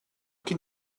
can